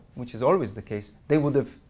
which is always the case, they would have